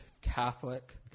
Catholic